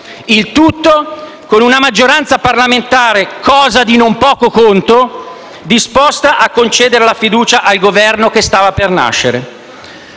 Il tutto con una maggioranza parlamentare, cosa di non poco conto, disposta a concedere la fiducia al Governo che stava per nascere.